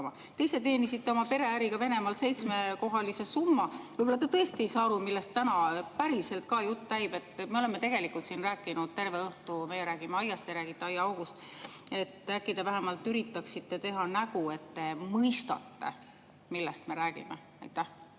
Te ise teenisite oma pereäriga Venemaal seitsmekohalise summa, võib-olla te tõesti ei saa aru, millest täna päriselt jutt käib. Me oleme siin rääkinud terve õhtu, aga meie räägime aiast, teie räägite aiaaugust. Äkki te vähemalt üritaksite teha nägu, et te mõistate, millest me räägime? Ma